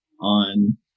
on